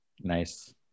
Nice